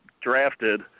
drafted